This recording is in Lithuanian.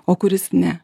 o kuris ne